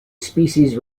species